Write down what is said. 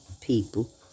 people